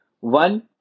One